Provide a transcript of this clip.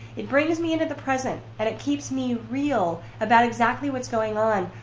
it brings me into the present and it keeps me real about exactly what's going on.